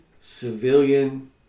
civilian